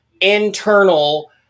internal